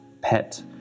pet